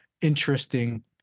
interesting